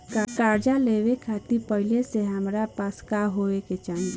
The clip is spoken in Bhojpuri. कर्जा लेवे खातिर पहिले से हमरा पास का होए के चाही?